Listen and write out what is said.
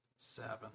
Seven